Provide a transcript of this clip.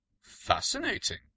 Fascinating